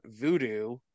voodoo